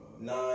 nine